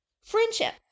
Friendship